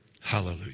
hallelujah